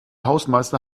hausmeister